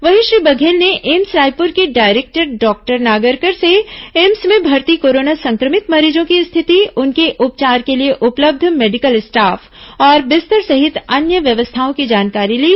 वहीं श्री बघेल ने एम्स रायपुर के डायरेक्टर डॉक्टर नागरकर से एम्स में भर्ती कोरोना संक्रमित मरीजों की स्थिति उनके उपचार के लिए उपलब्ध मेडिकल स्टाफ और बिस्तर सहित अन्य व्यवस्थाओं की जानकारी ली